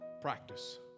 practice